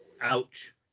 Ouch